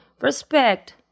respect